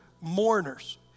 mourners